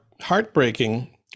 heartbreaking